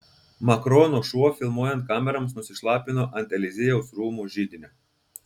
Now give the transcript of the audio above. makrono šuo filmuojant kameroms nusišlapino ant eliziejaus rūmų židinio